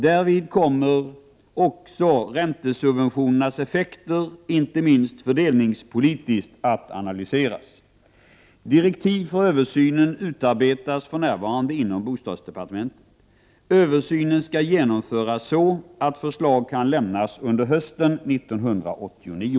Därvid kommer också räntesubventionernas effekter — inte minst fördelningspolitiskt — att analyseras. Direktiv för översynen utarbetas för närvarande inom bostadsdepartementet. Översynen skall genomföras så, att förslag kan lämnas under hösten 1989.